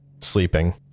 sleeping